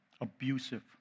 Abusive